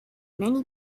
many